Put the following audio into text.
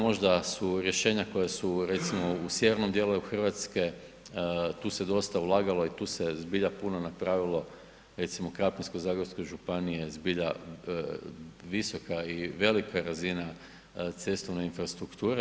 Možda su rješenja koja su recimo u sjevernom dijelu Hrvatske, tu se dosta ulagalo i tu se zbilja puno napravilo, recimo Krapinsko-zagorska županija je zbilja visoka i velika razina cestovne infrastrukture.